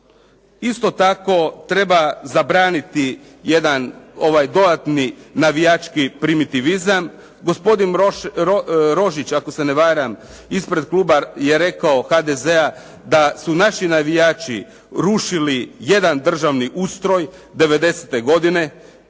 isto tako treba zabraniti jedan dodatni navijački privitivizam. Gospodin Rožić ako se ne varam ispred kluba je rekao HDZ-a da su naši navijači rušili jedan državni ustroj '90.-te godine